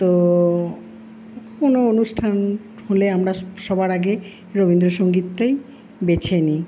তো কোনো অনুষ্ঠান হলে আমরা সবার আগে রবীন্দ্রসংগীতটাই বেছে নিই